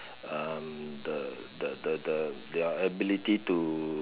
um the the the the their ability to